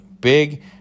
Big